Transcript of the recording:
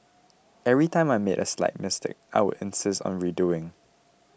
every time I made a slight mistake I would insist on redoing